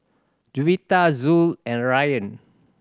Juwita Zul and Rayyan